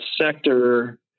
sector